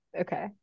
okay